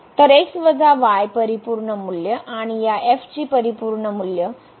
तर x y परिपूर्ण मूल्य आणि या f ची परिपूर्ण मूल्य